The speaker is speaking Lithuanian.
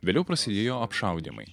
vėliau prasidėjo apšaudymai